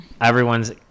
Everyone's